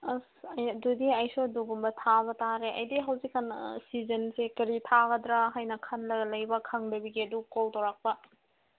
ꯑꯁ ꯑꯩ ꯑꯗꯨꯗꯤ ꯑꯩꯁꯨ ꯑꯗꯨꯒꯨꯝꯕ ꯊꯥꯕ ꯇꯥꯔꯦ ꯑꯩꯗꯤ ꯍꯧꯖꯤꯛꯀꯥꯟ ꯁꯤꯖꯟꯁꯦ ꯀꯔꯤ ꯊꯥꯒꯗ꯭ꯔꯥ ꯍꯥꯏꯅ ꯈꯜꯂꯒ ꯂꯩꯕ ꯈꯪꯗꯕꯒꯤ ꯑꯗꯨꯛ ꯀꯣꯜ ꯇꯧꯔꯛꯄ